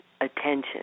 attention